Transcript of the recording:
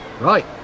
right